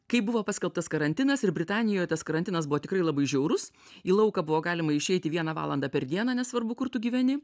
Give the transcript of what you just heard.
kai buvo paskelbtas karantinas ir britanijoje tas karantinas buvo tikrai labai žiaurus į lauką buvo galima išeiti vieną valandą per dieną nesvarbu kur tu gyveni